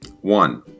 one